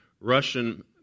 Russian